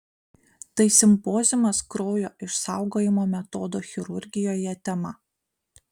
tai simpoziumas kraujo išsaugojimo metodų chirurgijoje tema